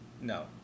No